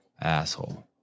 Asshole